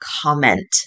comment